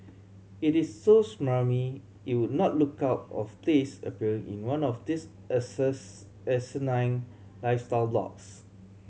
it is so smarmy it would not look out of place appearing in one of these asinine lifestyle blogs